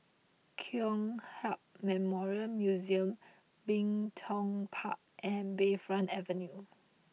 Kong Hiap Memorial Museum Bin Tong Park and Bayfront Avenue